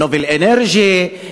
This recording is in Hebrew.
"נובל אנרג'י",